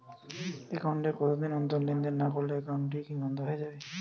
Account এ কতদিন অন্তর লেনদেন না করলে একাউন্টটি কি বন্ধ হয়ে যাবে?